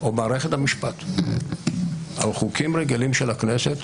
או מערכת המשפט על חוקים רגילים של הכנסת,